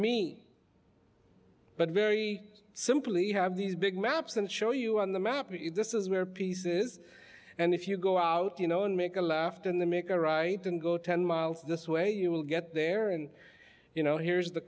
me but very simply have these big maps and show you on the map if this is where pieces and if you go out you know and make a left in the make a right and go ten miles this way you will get there and you know here's the